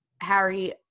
Harry